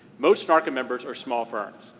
most narca members are small firms.